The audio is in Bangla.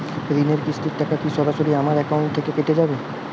ঋণের কিস্তির টাকা কি সরাসরি আমার অ্যাকাউন্ট থেকে কেটে যাবে?